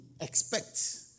expect